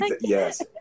Yes